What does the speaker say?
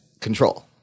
control